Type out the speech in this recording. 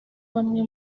bamwe